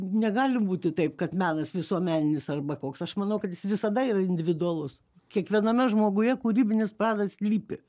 negali būti taip kad menas visuomeninis arba koks aš manau kad jis visada yra individualus kiekviename žmoguje kūrybinis pradas slypi